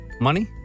money